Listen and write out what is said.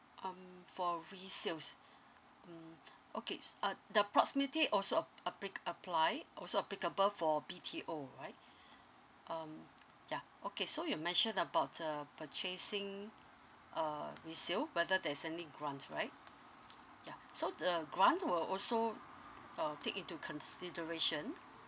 um for resales mm okays uh the proximity also app~ applic~ apply also applicable for B_T_O right um yeah okay so you mentioned about uh purchasing a resale whether there's any grant right yeah so the grant will also uh take into consideration